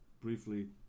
briefly